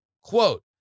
Quote